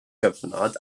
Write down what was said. gyfnod